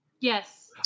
Yes